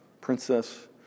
Princess